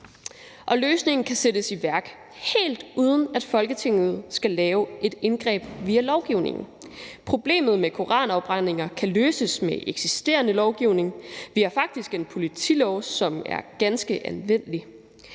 Og løsningen kan sættes i værk, helt uden at Folketinget skal lave et indgreb via lovgivningen. Problemet med koranafbrændinger kan løses med eksisterende lovgivning. Vi har faktisk en politilov, som er ganske anvendelig.